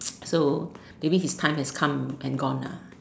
so maybe his time has come and gone ah